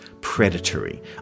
predatory